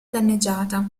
danneggiata